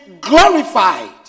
glorified